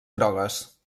grogues